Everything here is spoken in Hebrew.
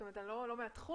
זה נשמע